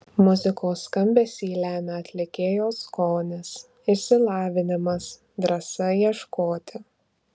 muzikos skambesį lemia atlikėjo skonis išsilavinimas drąsa ieškoti